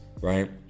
Right